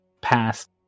past